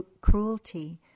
cruelty